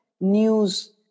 news